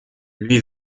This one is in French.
lui